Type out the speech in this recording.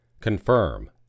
Confirm